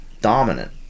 dominant